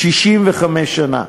65 שנה.